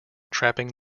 trapping